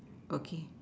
okay